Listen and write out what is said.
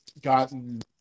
gotten